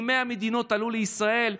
ממאה מדינות עלו לישראל,